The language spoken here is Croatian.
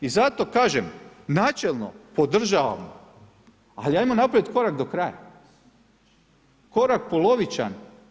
I zato kažem, načelno podržavam ali ajmo napraviti korak do kraja, korak polovičan.